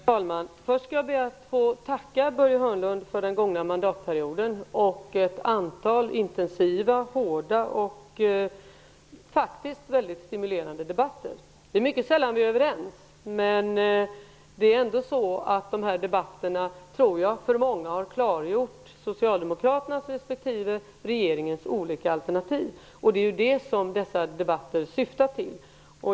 Herr talman! Först ber jag att få tacka Börje Hörnlund för den gångna mandatperioden och för ett antal intensiva, hårda och faktiskt mycket stimulerande debatter. Det är mycket sällan som vi är överens, men jag tror ändå att dessa debatter för många har klargjort socialdemokraternas respektive regeringens olika alternativ, och det är det som dessa debatter syftar till.